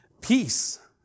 peace